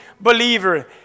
believer